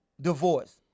divorce